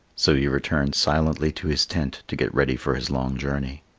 so he returned silently to his tent to get ready for his long journey.